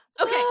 Okay